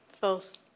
False